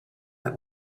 that